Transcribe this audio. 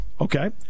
Okay